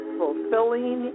fulfilling